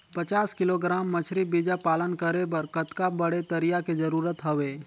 पचास किलोग्राम मछरी बीजा पालन करे बर कतका बड़े तरिया के जरूरत हवय?